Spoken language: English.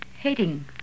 hating